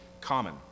common